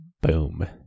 Boom